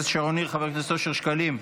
חברת הכנסת שרון ניר, חבר הכנסת אושר שקלים,